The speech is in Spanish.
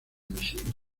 misil